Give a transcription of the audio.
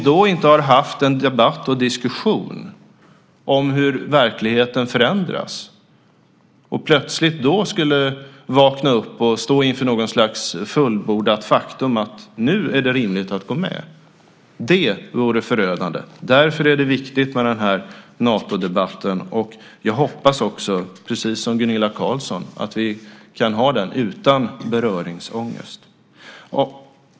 Att inte ha haft en debatt och en diskussion om hur verkligheten förändras och plötsligt vakna upp och stå inför ett slags fullbordat faktum - nu är det rimligt att gå med - vore förödande. Därför är det viktigt med den här Natodebatten. Jag hoppas, precis som Gunilla Carlsson, att vi kan ha den utan beröringsångest.